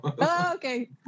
okay